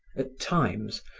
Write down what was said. at times,